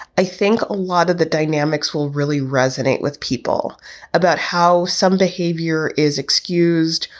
i think a lot of the dynamics will really resonate with people about how some behavior is excused.